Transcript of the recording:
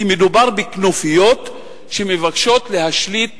כי מדובר בכנופיות שמבקשות להשליט